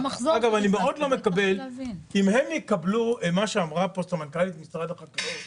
אגב, מה שאמרה פה סמנכ"לית משרד החקלאות